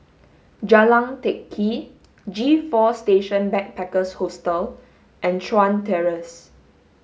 Jalan Teck Kee G four Station Backpackers Hostel and Chuan Terrace